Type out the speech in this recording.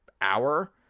hour